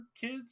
kids